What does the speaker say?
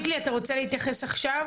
שיקלי, אתה רוצה להתייחס עכשיו?